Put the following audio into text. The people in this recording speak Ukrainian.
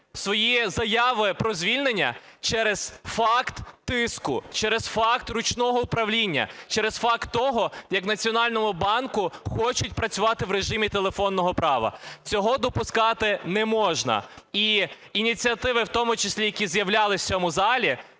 свої заяви про звільнення через факт тиску, через факт ручного управління, через факт того, як в Національному банку хочуть працювати в режимі телефонного права. Цього допускати не можна. І ініціативи, в тому числі які з'являлися в цьому залі,